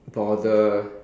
bother